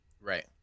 right